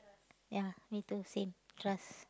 ya need to same trust